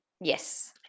Yes